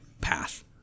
path